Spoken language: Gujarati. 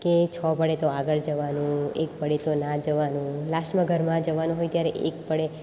કે છ પડે તો આગળ જવાનું એક પડે તો ના જવાનું લાસ્ટમાં ઘરમાં જવાનું હોય ત્યારે એક પડે